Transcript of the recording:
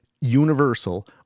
universal